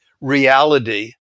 reality